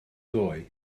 ddoe